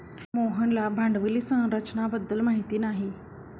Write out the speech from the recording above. मोहनला भांडवली संरचना बद्दल माहिती नाही